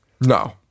No